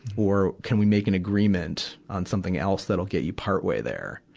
or, can we make an agreement on something else that'll get you partway there?